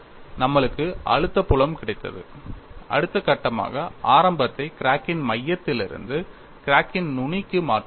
நம்மளுக்கு அழுத்த புலம் கிடைத்தது அடுத்த கட்டமாக ஆரம்பத்தை கிராக்கின் மையத்திலிருந்து கிராக்கின் நுனிக்கு மாற்ற வேண்டும்